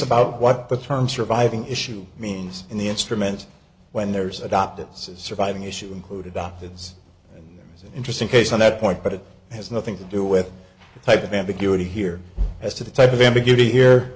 about what the term surviving issue means in the instrument when there's adopted surviving issue including doctors it's an interesting case on that point but it has nothing to do with the type of ambiguity here as to the type of ambiguity here